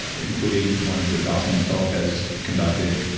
including ones that dawson himself has conducted.